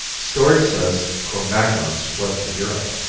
story says cro-magnons fled to europe